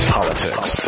Politics